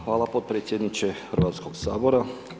Hvala potpredsjedniče Hrvatskoga sabora.